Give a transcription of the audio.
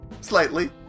Slightly